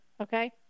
okay